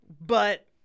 But-